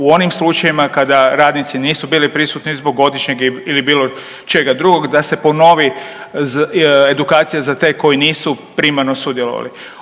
u onim slučajevima kada radnici nisu bili prisutni zbog godišnjeg ili bilo čega drugog da se ponovi edukacija za te koji nisu primarno sudjelovali.